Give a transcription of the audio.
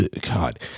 God